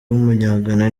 w’umunyagana